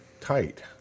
tight